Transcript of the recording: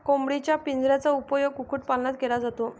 कोंबडीच्या पिंजऱ्याचा उपयोग कुक्कुटपालनात केला जातो